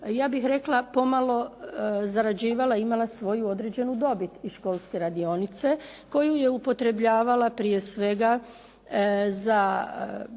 ja bih rekla pomalo zarađivala i imala svoju određenu dobit iz školske radionice koju je upotrebljavala prije svega za